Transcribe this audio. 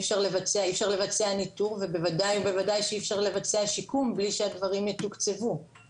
אי אפשר לבצע ניטור ובוודאי שאי אפשר לבצע שיקום בלי שהדברים יתוקצבו.